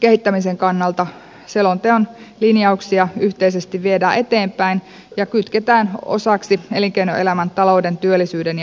kehittämisen kannalta selonteon linjauksia yhteisesti viedään eteenpäin ja kytketään osaksi elinkeinoelämän talouden työllisyyden ja alueiden kehittämistä